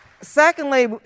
Secondly